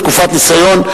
בתקופת ניסיון,